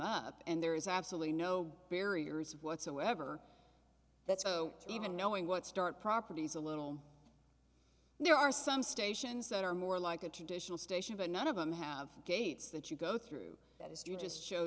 up and there is absolutely no barriers whatsoever that's so even knowing what start properties a little and there are some stations that are more like a traditional station but none of them have gates that you go through that is to just show